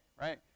right